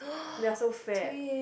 they are so fat